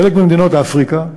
חלק ממדינות אפריקה,